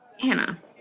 Hannah